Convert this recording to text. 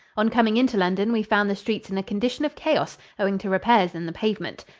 on coming into london, we found the streets in a condition of chaos, owing to repairs in the pavement.